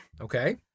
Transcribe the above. Okay